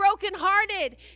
brokenhearted